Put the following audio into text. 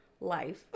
life